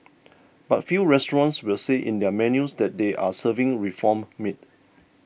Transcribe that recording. but few restaurants will say in their menus that they are serving reformed meat